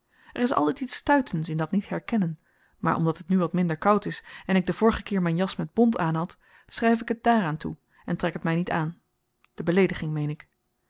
er is altyd iets stuitends in dat niet herkennen maar omdat het nu wat minder koud is en ik den vorigen keer myn jas met bont aanhad schryf ik het dààraan toe en trek t my niet aan de beleediging meen ik